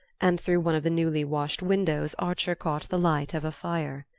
and through one of the newly-washed windows archer caught the light of a fire.